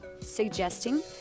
suggesting